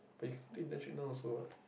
but you can take internship now also what